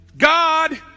God